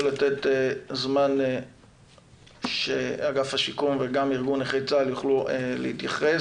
לתת זמן שאגף השיקום וגם ארגון נכי צה"ל יוכלו להתייחס,